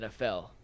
NFL